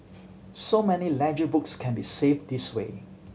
so many ledger books can be saved this way